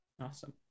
awesome